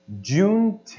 June